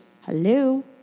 Hello